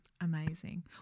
Amazing